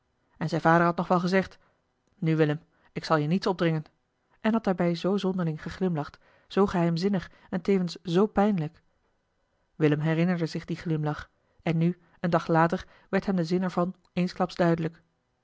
en zijn vader had nog wel gezegd nu willem ik zal je niets opdringen en had daarbij zoo zonderling geglimlacht zoo geheimzinnig en tevens zoo pijnlijk willem herinnerde zich dien glimlach en nu een dag later werd hem de zin er van eensklaps duidelijk